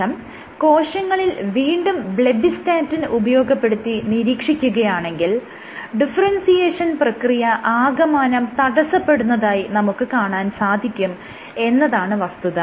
ശേഷം കോശങ്ങളിൽ വീണ്ടും ബ്ലെബ്ബിസ്റ്റാറ്റിൻ ഉപയോഗപ്പെടുത്തി നിരീക്ഷിക്കുകയാണെങ്കിൽ ഡിഫറെൻസിയേഷൻ പ്രക്രിയ ആകമാനം തടസ്സപ്പെടുന്നതായി നമുക്ക് കാണാൻ സാധിക്കും എന്നതാണ് വസ്തുത